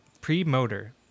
Pre-motor